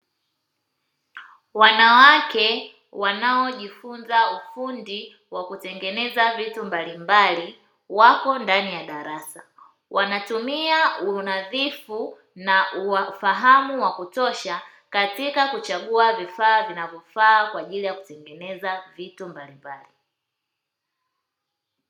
Wanawake wanaojifunza ufundi wa kutengeneza vitu mbalimbali, wapo ndani ya darasa wanatumia unadhifu na ufahamu wa kutosha katika kuchagua vifaa vinavyofaa kwa ajili ya kutengeneza vitu mbalimbali.